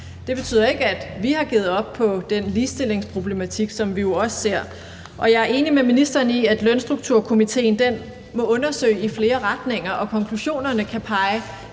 Det betyder ikke, at vi har givet op på den ligestillingsproblematik, som vi også ser. Jeg er enig med ministeren i, at lønstrukturkomitéen må undersøge i flere retninger, og konklusionerne kan pege